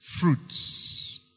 fruits